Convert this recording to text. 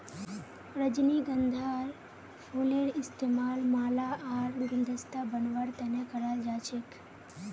रजनीगंधार फूलेर इस्तमाल माला आर गुलदस्ता बनव्वार तने कराल जा छेक